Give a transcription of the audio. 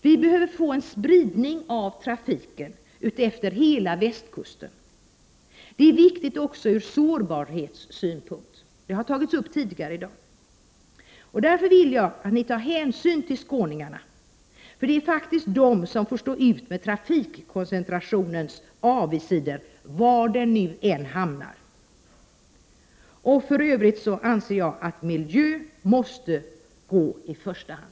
Vi behöver få en spridning av trafiken utefter hela västkusten. Det är viktigt också från sårbarhetssynpunkt; det har tagits upp tidigare här i dag. Därför vill jag att ni tar hänsyn till skåningarna — det är faktiskt de som får stå ut med trafikkoncentrationens avigsidor, var den nu än hamnar. För övrigt anser jag att miljön måste gå i första hand.